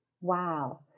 Wow